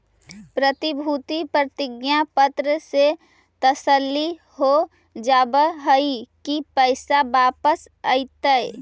प्रतिभूति प्रतिज्ञा पत्र से तसल्ली हो जावअ हई की पैसा वापस अइतइ